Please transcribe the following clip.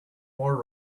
more